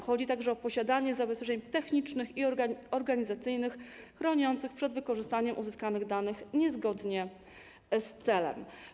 Chodzi także o posiadanie zabezpieczeń technicznych i organizacyjnych chroniących przed wykorzystaniem uzyskanych danych niezgodnie z celem.